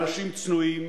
אנשים צנועים.